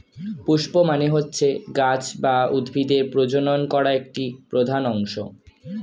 পুস্প মানে হচ্ছে গাছ বা উদ্ভিদের প্রজনন করা একটি প্রধান অংশ